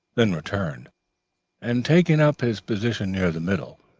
then returned and taken up his position near the middle.